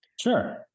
Sure